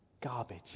garbage